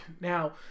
now